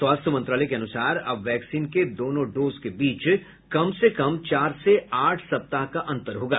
स्वास्थ्य मंत्रालय के अनुसार अब वैक्सीन के दोनों डोज के बीच कम से कम चार से आठ सप्ताह का अंतर होगा